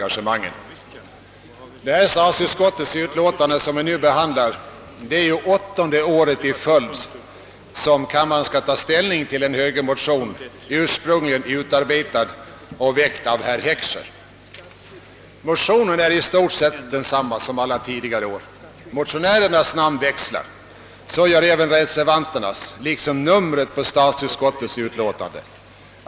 Vad beträffar det statsutskottets utlåtande som vi nu behandlar så är det i år åttonde året i följd, som kammaren skall ta ställning till samma högermotion, ursprungligen utarbetad och väckt av herr Heckscher. Motionen är som sagt i stort sett densamma som tidigare år, men motionärernas namn växlar. Så gör även reservanternas, liksom numret på statsutskottets utlåtande.